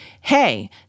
hey